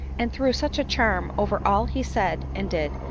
and threw such a charm over all he said and did,